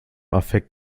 affekt